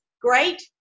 great